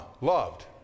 loved